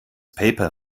paper